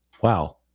Wow